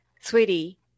sweetie